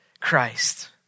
Christ